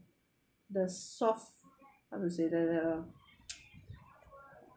the soft how to say that the uh